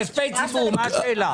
כספי ציבור, מה השאלה?